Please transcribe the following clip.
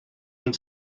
ein